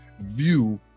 view